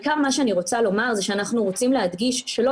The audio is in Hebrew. מה שאני רוצה לומר זה שאנחנו רוצים להדגיש שלא